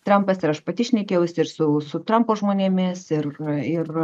trampas ir aš pati šnekėjausi ir su su trampo žmonėmis ir ir